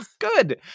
Good